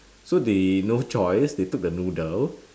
so they no choice they took the noodle